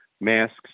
masks